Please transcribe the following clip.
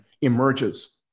emerges